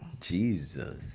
Jesus